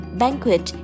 banquet